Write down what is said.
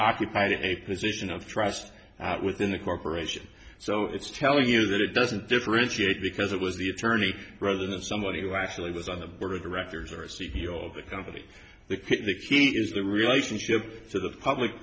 occupied a position of trust within the corporation so it's telling you that it doesn't differentiate because it was the attorney rather than the somebody who actually was on the board of directors or c p r of the company the key is the relationship to the public